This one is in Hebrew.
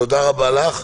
תודה רבה לך.